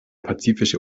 pazifische